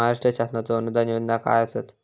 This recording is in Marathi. महाराष्ट्र शासनाचो अनुदान योजना काय आसत?